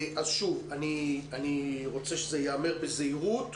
אז שוב, אני רוצה שזה ייאמר בזהירות,